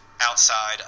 outside